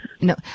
No